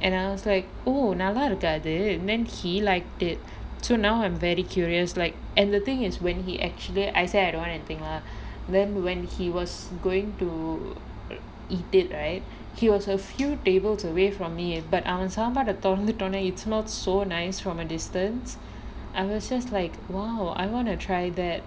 and I was like oh நல்லா இருக்காது:nallaa irukkaathu then he liked it so now I'm very curious like and the thing is when he actually I say I don't want anything ah then when he was going to eat it right he was a few tables away from me but அவன் சாப்பாட தொறந்துட்டோடனே:avan saappaada thoranthutodanae it smelled so nice from a distance I was just like !wow! I want to try that